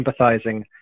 empathizing